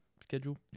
schedule